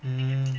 mm